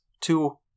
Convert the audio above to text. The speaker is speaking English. two